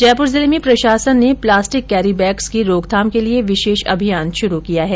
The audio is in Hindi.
जयपुर जिले में प्रशासन ने प्लास्टिक कैरी बैग्स की रोकथाम के लिए विशेष अभियान शुरु किया है